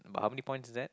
but how many points is that